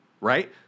right